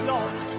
Lord